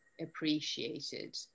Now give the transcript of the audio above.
appreciated